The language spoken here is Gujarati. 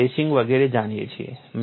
આપણે બ્રેસિંગ વગેરે જાણીએ છીએ